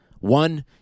One